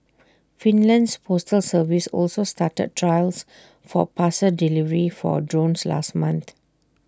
Finland's postal service also started trials for parcel delivery for drones last month